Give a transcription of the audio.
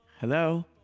Hello